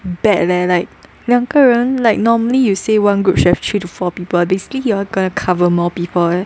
bad leh like 两个人 like normally you say one group should have three to four people basically you are gonna cover more people leh